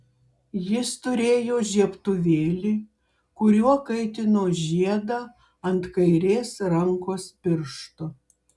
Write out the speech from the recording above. jis turėjo žiebtuvėlį kuriuo kaitino žiedą ant kairės rankos piršto